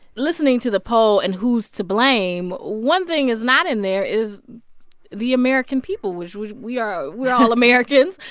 listening to the poll and who's to blame, one thing that's not in there is the american people, which which we're ah we're all americans.